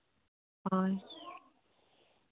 ᱦᱳᱭ